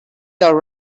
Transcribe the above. your